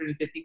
150